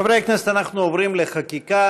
חברי הכנסת, אנחנו עוברים לחקיקה.